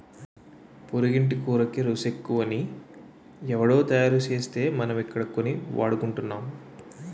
పొరిగింటి పుల్లకూరకి రుసెక్కువని ఎవుడో తయారుసేస్తే మనమిక్కడ కొని వాడుకుంటున్నాం